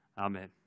Amen